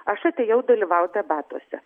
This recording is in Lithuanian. aš atėjau dalyvaut debatuose